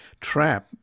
trap